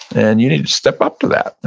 and you need to step up to that. i